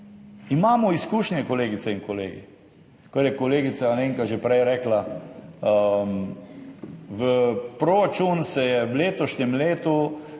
Imamo izkušnje, kolegice in kolegi. Kar je kolegica Alenka že prej rekla, v proračun se je v letošnjem letu